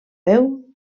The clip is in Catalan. veu